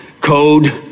code